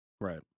right